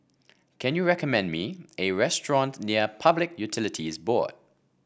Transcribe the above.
can you recommend me a restaurant near Public Utilities Board